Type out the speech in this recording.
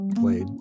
played